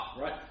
right